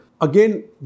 Again